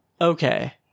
Okay